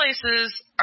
places